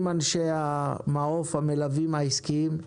עם אנשי המעוף המלווים העסקיים.